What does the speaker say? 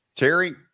Terry